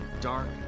dark